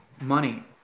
money